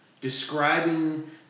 describing